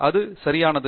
அது வழி சரியானது